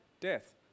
death